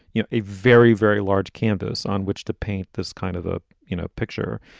you know, a very, very large canvas on which to paint this kind of a you know picture.